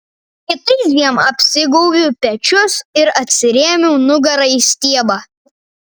kitais dviem apsigaubiau pečius ir atsirėmiau nugara į stiebą